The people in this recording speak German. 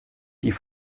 die